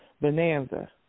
Bonanza